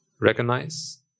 recognize